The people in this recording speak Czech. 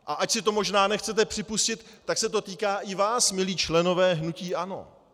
A ač si to možná nechcete připustit, tak se to týká i vás, milí členové hnutí ANO.